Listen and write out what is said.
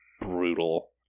brutal